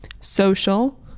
social